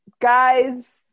guys